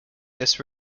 this